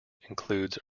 includes